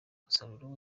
umusaruro